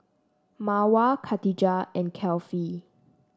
Mawar Katijah and Kefli